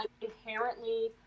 inherently